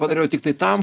padariau tiktai tam